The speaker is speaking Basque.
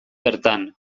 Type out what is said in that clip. bertan